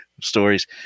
stories